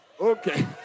Okay